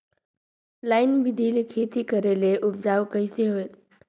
Line बिधी ले खेती करेले उपजाऊ कइसे होयल?